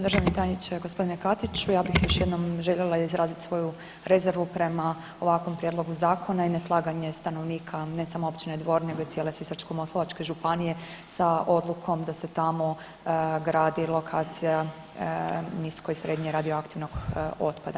Državni tajniče, gospodine Katiću, ja bih još jednom željela izraziti svoju rezervu prema ovakvom prijedlogu zakona i ne slaganje stanovnika ne samo općine Dvor nego i cijele Sisačko-moslavačke županije sa odlukom da se tamo gradi lokacija nisko i srednje radioaktivnog otpada.